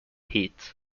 heat